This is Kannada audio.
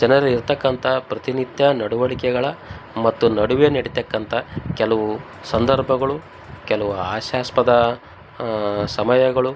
ಜನರು ಇರತಕ್ಕಂಥ ಪ್ರತಿನಿತ್ಯ ನಡುವಳಿಕೆಗಳ ಮತ್ತು ನಡುವೆ ನಡಿತಕ್ಕಂಥ ಕೆಲವು ಸಂದರ್ಭಗಳು ಕೆಲವು ಹಾಶ್ಯಾಸ್ಪದ ಸಮಯಗಳು